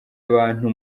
abantu